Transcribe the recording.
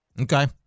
Okay